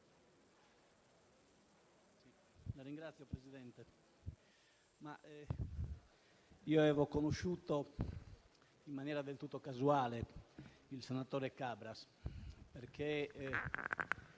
Signor Presidente, avevo conosciuto in maniera del tutto casuale il senatore Cabras perché,